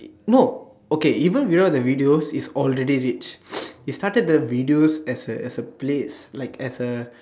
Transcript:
no okay even without the videos he's already rich he started the videos as a as a place like as a